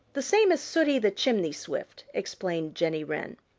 the same as sooty the chimney swift, explained jenny wren.